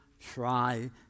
try